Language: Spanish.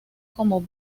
como